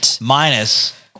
minus